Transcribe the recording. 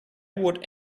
would